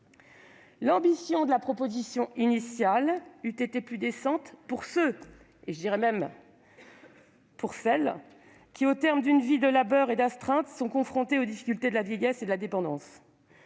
L'ambition de la proposition de loi initiale était plus décente pour ceux et, surtout, celles qui, au terme d'une vie de labeur et d'astreinte, sont confrontés aux difficultés de la vieillesse et de la dépendance.